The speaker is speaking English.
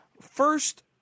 first